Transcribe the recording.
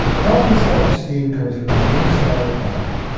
healthy self-esteem comes from the inside out.